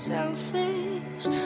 Selfish